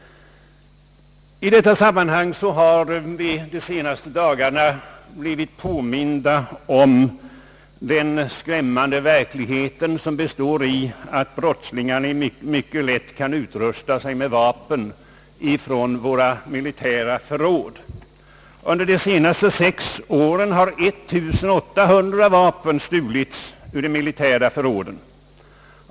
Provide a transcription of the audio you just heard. Vi har under de senaste dagarna blivit påminta om den skrämmande verklighet som består i att brottslingarna mycket lätt kan utrusta sig med vapen från våra militära förråd. Under de senaste sex åren har 1 800 vapen stulits ur de militära förråden.